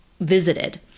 visited